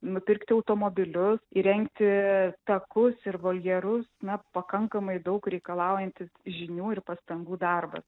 nupirkti automobilius įrengti takus ir voljerus na pakankamai daug reikalaujantis žinių ir pastangų darbas